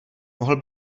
mohl